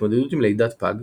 התמודדות עם לידת פג,